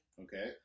Okay